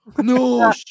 No